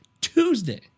Tuesday